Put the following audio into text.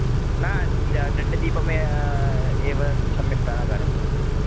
ना ड दण्डदीपम् एव सम्यक्तया न कार्यं करोति